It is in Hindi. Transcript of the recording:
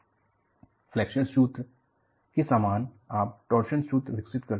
फ्लेक्सर सूत्र के समान आप टॉर्सन सूत्र विकसित करते हैं